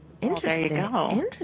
Interesting